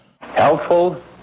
Helpful